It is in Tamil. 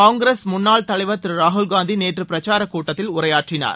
காங்கிரஸ் முன்னாள் தலைவர் திரு ராகுல்காந்தி நேற்று பிரச்சார கூட்டத்தில் உரையாற்றினார்